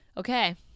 Okay